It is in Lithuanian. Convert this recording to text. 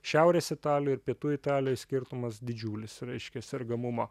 šiaurės italijoj ir pietų italijoj skirtumas didžiulis reiškia sergamumo